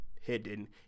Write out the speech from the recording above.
hidden